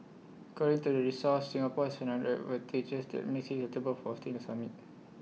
according to the source Singapore has another advantages that makes IT suitable for hosting the summit